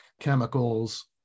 chemicals